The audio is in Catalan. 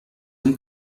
hem